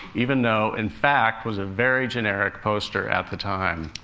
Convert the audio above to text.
even though, in fact, was a very generic poster at the time.